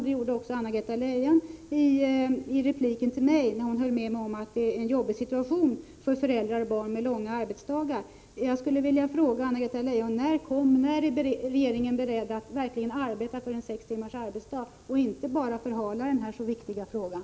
Det gjorde också Anna-Greta Leijon i repliken till mig, när hon höll med mig om att situationen är besvärlig för föräldrar med långa arbetsdagar. Jag skulle vilja fråga Anna-Greta Leijon: När är regeringen beredd att verkligen arbeta för sex timmars arbetsdag, och inte bara förhala den här viktiga frågan?